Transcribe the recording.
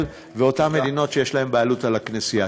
ואותן מדינות שיש להן בעלות על הכנסייה.